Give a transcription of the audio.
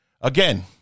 again